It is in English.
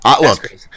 Look